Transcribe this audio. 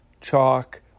Chalk